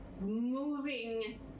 moving